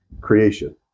creation